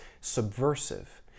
subversive